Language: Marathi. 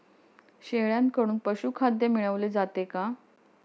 शेळ्यांकडून पशुखाद्य मिळवले जाते का?